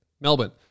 Melbourne